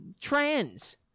trans